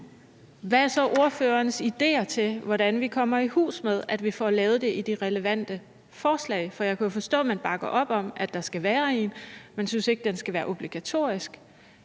Hvad er så ordførerens idéer til, hvordan vi kommer i hus med at få lavet det af de relevante forslag? For jeg kunne jo forstå, at man bakker op om, at der skal være en, men man synes ikke, at den skal være obligatorisk.